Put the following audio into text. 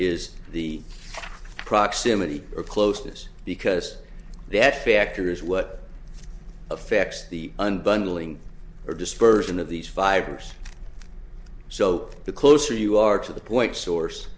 is the proximity of closeness because the x factor is what affects the unbundling or dispersion of these fibers so the closer you are to the point source